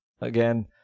again